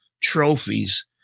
trophies